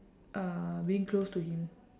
uh being close to him